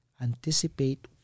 Anticipate